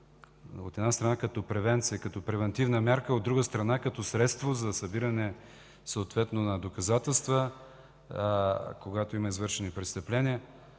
от една страна, като превенция, като превантивна мярка, а от друга страна, като средство за събиране съответно на доказателства, когато има извършени престъпления,